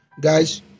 guys